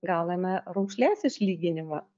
gauname raukšlės išlyginimą